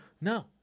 No